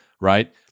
right